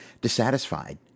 Dissatisfied